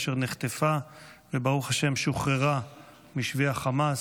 אשר נחטפה וברוך השם שוחררה משבי חמאס,